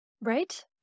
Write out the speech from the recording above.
Right